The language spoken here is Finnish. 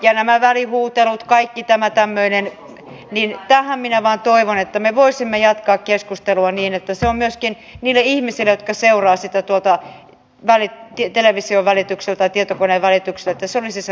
ja nämä välihuutelut kaikki tämä tämmöinen tähän minä vaan toivon että me voisimme jatkaa keskustelua niin että se on myöskin niille ihmisille jotka seuraavat sitä tuolta television tai tietokoneen välityksellä semmoista toisia kunnioittavaa